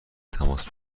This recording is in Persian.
تماس